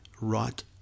right